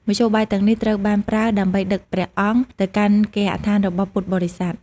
មធ្យោបាយទាំងនេះ ត្រូវបានប្រើ ដើម្បីដឹកព្រះអង្គទៅកាន់គេហដ្ឋានរបស់ពុទ្ធបរិស័ទ។